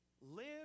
live